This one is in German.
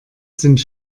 sind